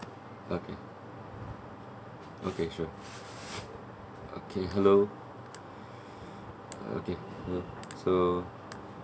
okay okay sure okay hello okay so